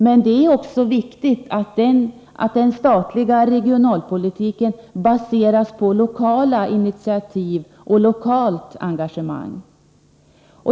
Men det är också viktigt att den statliga regionalpolitiken baseras på lokala initiativ och lokalt engagemang.